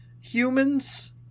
humans